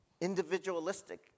individualistic